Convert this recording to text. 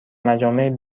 مجامع